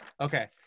okay